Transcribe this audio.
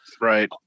Right